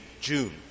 June